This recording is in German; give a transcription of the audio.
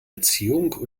erziehung